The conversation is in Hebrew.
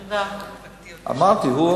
אמרתי.